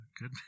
good